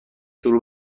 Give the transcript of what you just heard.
شروع